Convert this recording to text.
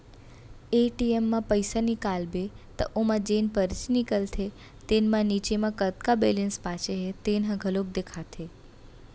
ATM म पइसा निकालबे त ओमा जेन परची निकलथे तेन म नीचे म कतका बेलेंस बाचे हे तेन ह घलोक देखाथे